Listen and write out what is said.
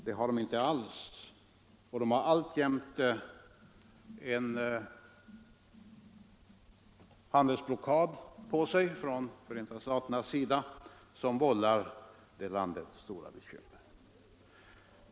Det har Cuba inte alls, utan landet har alltjämt en handelsblockad på sig från Förenta staterna som vållar Cuba stora bekymmer.